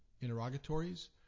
interrogatories